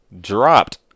dropped